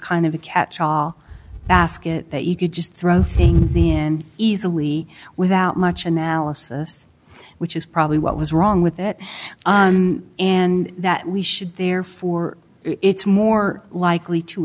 kind of a catch all basket that you could just throw things in easily without much analysis which is probably what was wrong with it and that we should therefore it's more likely to